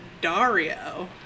Dario